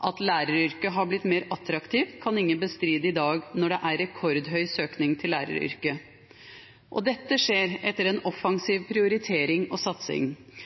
At læreryrket har blitt mer attraktivt, kan ingen bestride i dag, når det er rekordhøy søkning til læreryrket. Dette skjer etter en offensiv prioritering og satsing